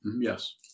yes